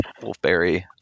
wolfberry